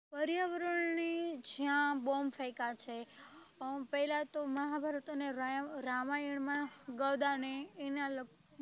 પર્યાવરણની જ્યાં બોમ્બ ફેંક્યા છે પહેલા તો મહાભારત અને રામાયણમાં ગદા ને એના